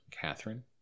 Catherine